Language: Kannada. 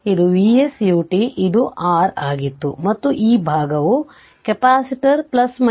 ಇದು Vs u ಇದು ಇದು R ಆಗಿತ್ತು ಮತ್ತು ಈ ಭಾಗವು ಕೆಪಾಸಿಟರ್ ಈ ವೋಲ್ಟೇಜ್ v ಆಗಿತ್ತು